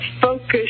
focus